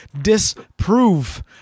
disprove